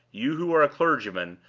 you who are a clergyman,